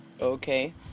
Okay